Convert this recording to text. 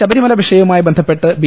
ശബരിമല വിഷയവുമായി ബന്ധപ്പെട്ട് ബി